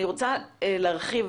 אני רוצה שנעבור